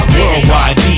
Worldwide